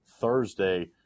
Thursday